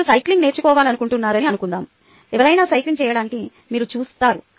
మీరు సైక్లింగ్ నేర్చుకోవాలనుకుంటున్నారని అనుకుందాం ఎవరైనా సైక్లింగ్ చేయడాన్ని మీరు చూస్తారు